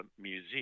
museum